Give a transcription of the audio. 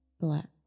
black